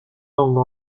langues